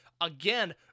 again